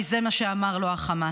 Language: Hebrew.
כי זה מה שאמר לו החמאס.